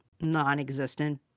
non-existent